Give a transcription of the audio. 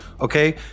okay